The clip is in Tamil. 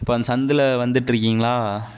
இப்போ அந் சந்தில் வந்துட்டிருக்கீங்களா